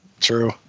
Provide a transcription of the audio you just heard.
True